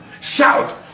shout